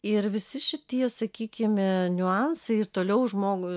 ir visi šitie sakykime niuansai ir toliau žmogui